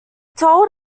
told